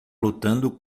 lutando